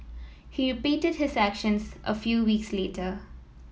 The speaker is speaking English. he repeated his actions a few weeks later